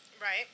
right